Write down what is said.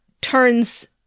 turns